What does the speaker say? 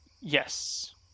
Yes